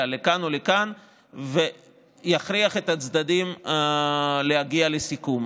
לכאן או לכאן ויכריח את הצדדים להגיע לסיכום.